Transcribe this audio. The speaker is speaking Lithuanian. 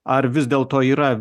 ar vis dėlto yra